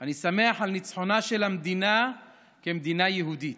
אני שמח על ניצחונה של המדינה כמדינה יהודית.